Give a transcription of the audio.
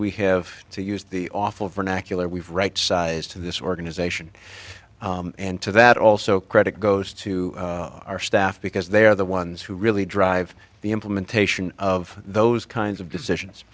we have to use the awful vernacular we've right sized to this organization and to that also credit goes to our staff because they are the ones who really drive the implementation of those kinds of decisions